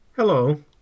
Hello